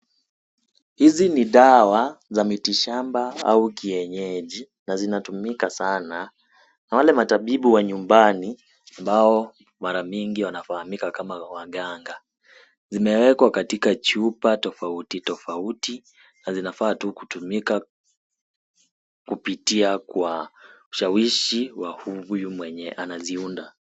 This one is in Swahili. Hizi ni dawa za mitishamba au kienyeji na zinatumika sana na wale matibibu wa nyumbani ambapo, mara mingi, wanafahamika kama waganga. Zimewekwa katika chupa tofauti tofauti na zinafaa tu kutumika kupitia kwa ushawishi wa huyu mwenye anaziunda.